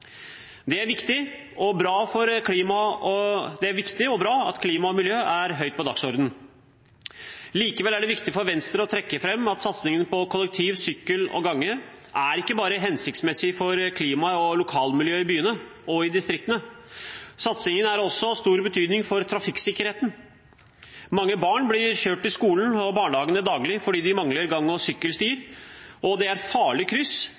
og med Kristelig Folkeparti. Det er viktig og bra at klima og miljø er høyt på dagsordenen. Likevel er det viktig for Venstre å trekke fram at satsingen på kollektiv, sykkel og gange ikke bare er hensiktsmessig for klimaet og lokalmiljøet i byene og i distriktene, satsingen er også av stor betydning for trafikksikkerheten. Mange barn blir kjørt til skolen og barnehagen daglig fordi de mangler gang- og sykkelstier – det er farlige kryss,